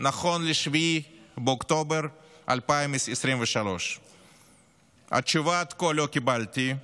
נכון ל-7 באוקטובר 2023. תשובה עד כה לא קיבלתי,